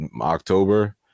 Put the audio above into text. October